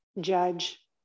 judge